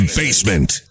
basement